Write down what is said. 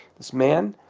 this man,